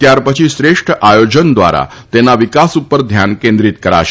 ત્યારપછી શ્રેષ્ઠ આયોજન દ્વારા તેના વિકાસ ઉપર ધ્યાન કેન્દ્રીત કરાશે